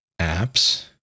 apps